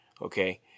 Okay